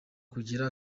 kugira